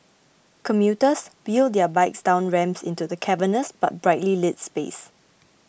commuters wheel their bikes down ramps into the cavernous but brightly lit space